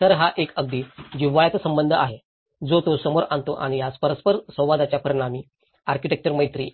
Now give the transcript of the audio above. तर हा एक अगदी जिव्हाळ्याचा संबंध आहे जो तो समोर आणतो आणि या परस्परसंवादाच्या परिणामी आर्किटेक्चरल मैत्री